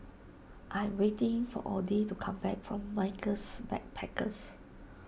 I am waiting for Odie to come back from Michaels Backpackers